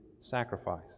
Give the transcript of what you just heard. sacrifice